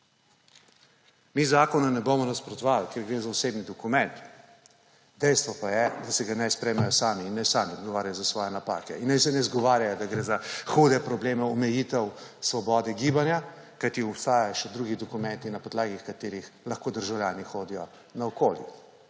Mi zakonu ne bomo nasprotovali, ker gre za osebni dokument. Dejstvo pa je, da si ga naj sprejmejo sami in naj sami odgovarjajo za svoje napake. In naj s ene izgovarjajo, da gre za hude probleme omejitev svobode gibanja, kajti obstajajo še drugi dokumenti, na podlagi katerih lahko državljani hodijo naokoli.